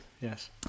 yes